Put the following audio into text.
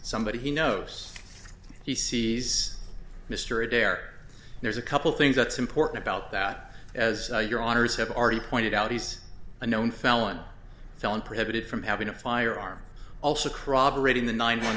somebody he knows he sees mr adair there's a couple things that's important about that as your honour's have already pointed out he's a known felon felon prohibited from having a firearm also corroborating the nine one